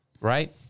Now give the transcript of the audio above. right